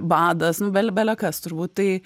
badas nu bel bel belekas turbūt tai